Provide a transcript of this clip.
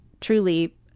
truly